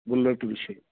बुल्लट्विषये